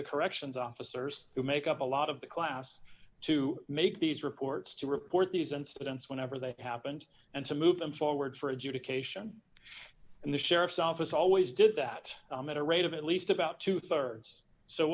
the corrections officers who make up a lot of the class to make these reports to report these incidents whenever they happened and to move them forward for adjudication and the sheriff's office always did that at a rate of at least about two thirds so